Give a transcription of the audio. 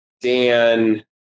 Dan